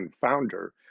founder